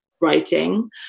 writing